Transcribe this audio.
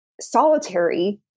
solitary